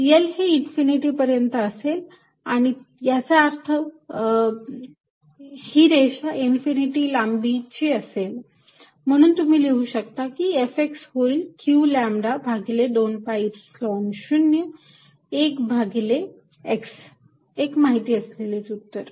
L हे infinity पर्यंत असेल याचा अर्थ ही रेषा इन्फिनिटी लांबीपर्यंत ची असेल तुम्ही बघू शकता की हे Fx होईल q लॅम्बडा भागिले 2 pi Epsilon 0 1 भागिले x एक माहिती असलेले उत्तर